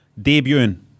debuting